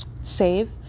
save